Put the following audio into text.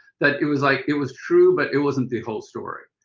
that it was like, it was true but it wasn't the whole story.